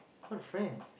what the friends